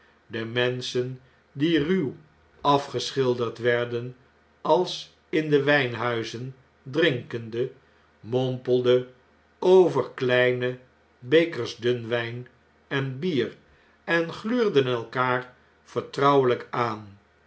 de menschen die ruw afge schilderd werden als in de wn'nhuizen drinkende mompelde over kleine bekers dun wijn en bier en gluurden elkaarvertrouwelijk aan